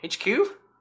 HQ